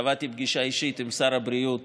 קבעתי פגישה אישית עם שר הבריאות